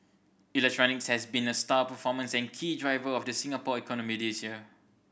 electronics has been a star performers and key driver of the Singapore economy this year